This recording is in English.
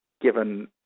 given